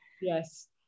Yes